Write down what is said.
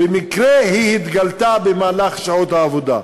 ובמקרה היא התגלתה במהלך שעות העבודה.